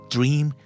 Dream